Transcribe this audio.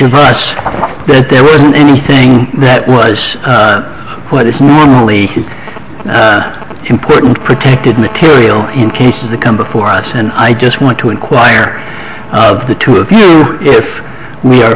struck us that there wasn't anything that was what is really important protected material in cases that come before us and i just want to inquire of the two of you if we are